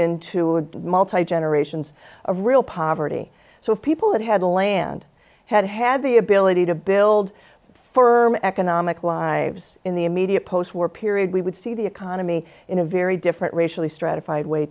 into a multi generations of real poverty so people that had land had had the ability to build for economic lives in the immediate post war period we would see the economy in a very different racially stratified way